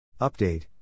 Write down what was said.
Update